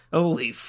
holy